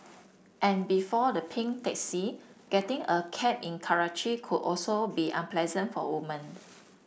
and before the pink taxi getting a cab in Karachi could also be unpleasant for women